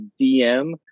dm